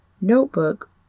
notebook